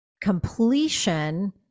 completion